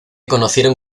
conocieron